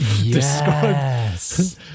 Yes